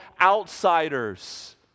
outsiders